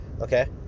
okay